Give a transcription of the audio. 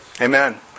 Amen